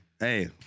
Hey